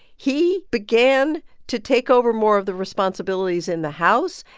he began to take over more of the responsibilities in the house.